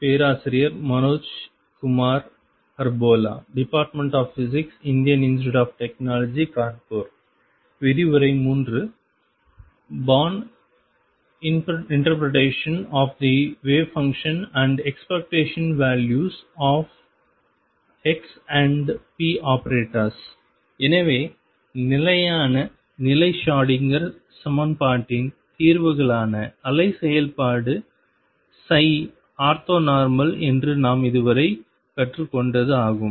born interpretation of the wavefunction and expectation values of x and p operators எனவே நிலையான நிலை Schrodinger சமன்பாட்டின் தீர்வுகளான அலை செயல்பாடு ஆர்த்தோனார்மல் என்று நாம் இதுவரை கற்றுக்கொண்டது ஆகும்